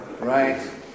right